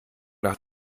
nach